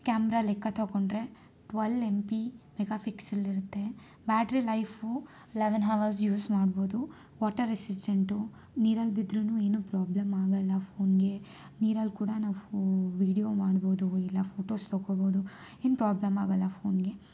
camera ಲೆಕ್ಕ ತಗೊಂಡ್ರೆ twelve M P mega pixel ಇರುತ್ತೆ battery life eleven hours use ಮಾಡ್ಬೋದು ವಾಟರ್ ರೆಸಿಸ್ಟೆಂಟು ನೀರಲ್ಲಿ ಬಿದ್ರು ಏನೂ ಪ್ರಾಬ್ಲಮ್ ಆಗೊಲ್ಲ ಫೋನ್ಗೆ ನೀರಲ್ಲಿ ಕೂಡ ನಾವು ಫೋ ವಿಡಿಯೋ ಮಾಡ್ಬೋದು ಇಲ್ಲ ಫೋಟೋಸ್ ತಗೋಬೋದು ಏನೂ ಪ್ರಾಬ್ಲಮ್ ಆಗೊಲ್ಲ ಫೋನ್ಗೆ